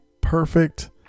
perfect